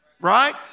Right